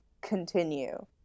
continue